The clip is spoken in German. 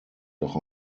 doch